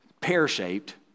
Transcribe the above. pear-shaped